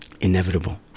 inevitable